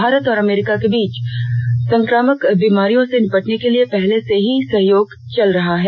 भारत और अमेरिका के बीच संक्रामक बीमारियों से निपटने के लिए पहले से ही सहयोग चल रहा है